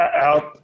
out